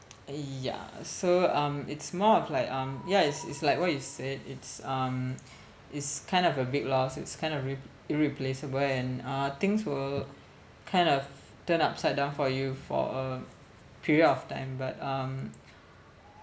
yeah so um it's more of like um yeah it's it's like what you said it's um it's kind of a big loss it's kind of re~ irreplaceable and uh things will kind of turn upside down for you for a period of time but um